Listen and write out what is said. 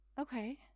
Okay